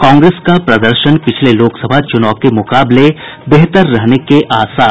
कांग्रेस का प्रदर्शन पिछले लोकसभा चुनाव के मुकाबले बेहतर रहने के आसार